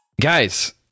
Guys